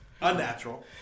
Unnatural